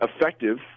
effective